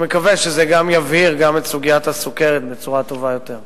אני מקווה שזה יבהיר גם את סוגיית הסוכרת בצורה טובה יותר.